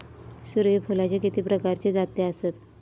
सूर्यफूलाचे किती प्रकारचे जाती आसत?